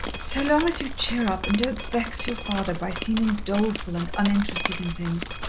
so long as you cheer up, and don't vex your father by seeming doleful and uninterested in things.